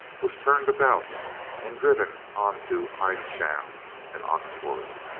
was turned about and driven on to eynsham and oxford.